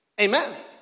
Amen